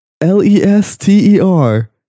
L-E-S-T-E-R